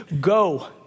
go